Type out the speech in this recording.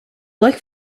look